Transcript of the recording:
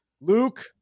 Luke